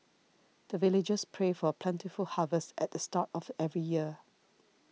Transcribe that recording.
the villagers pray for plentiful harvest at the start of every year